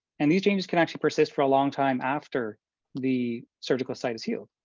and these changes can actually persist for a long time after the surgical site is healed.